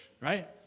right